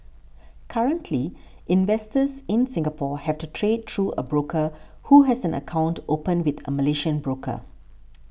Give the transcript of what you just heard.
currently investors in Singapore have to trade through a broker who has an account opened with a Malaysian broker